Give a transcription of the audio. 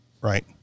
right